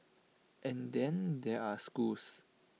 and then there are schools